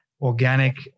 organic